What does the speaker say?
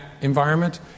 environment